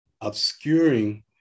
obscuring